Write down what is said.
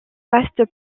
vaste